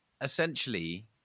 essentially